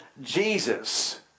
Jesus